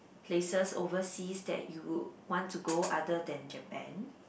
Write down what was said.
places overseas that you want to go other than Japan